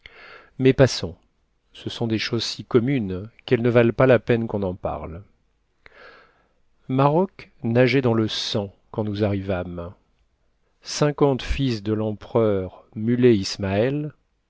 mais passons ce sont des choses si communes qu'elles ne valent pas la peine qu'on en parle maroc nageait dans le sang quand nous arrivâmes cinquante fils de l'empereur muley ismael